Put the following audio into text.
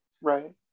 Right